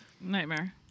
Nightmare